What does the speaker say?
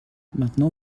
maintenant